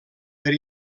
per